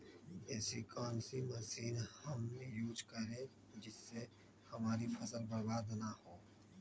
ऐसी कौन सी मशीन हम यूज करें जिससे हमारी फसल बर्बाद ना हो?